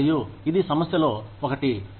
మరియు ఇది సమస్యలో 1